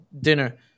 dinner